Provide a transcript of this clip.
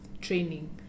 training